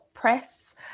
press